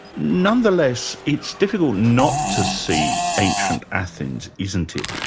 nonetheless it's difficult not to see ancient athens, isn't it,